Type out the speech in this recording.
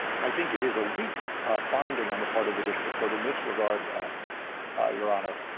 i think it is a weak finding on the part of the district court in this regard, your honor.